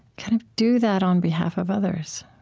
kind of do that on behalf of others.